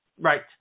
Right